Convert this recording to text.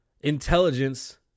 intelligence